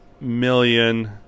million